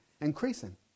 increasing